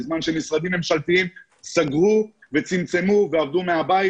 בזמן שמשרדים ממשלתיים סגרו וצמצמו ועבדו מהבית.